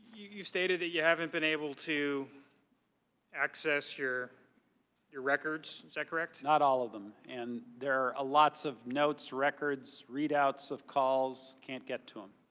you stated you haven't been able to access your your records? is that correct? not all of them. and there are ah lots of notes, records, readouts of calls. can't get to them.